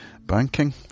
Banking